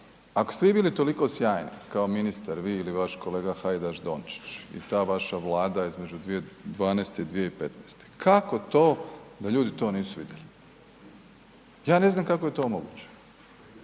ako ste vi bili toliko sjajni kao ministar, vi ili vaš kolega Hajdaš Dončić i ta vaša Vlada između 2012. i 2015., kako to da ljudi to nisu vidjeli? Ja ne znam kako je to moguće.